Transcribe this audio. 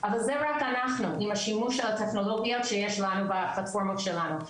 אבל זה רק אנחנו עם השימוש הטכנולוגי שיש לנו בפלטפורמות שלנו,